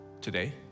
Today